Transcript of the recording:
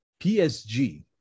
PSG